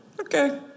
Okay